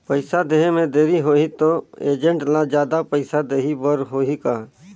पइसा देहे मे देरी होही तो एजेंट ला जादा पइसा देही बर होही का?